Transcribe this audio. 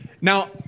Now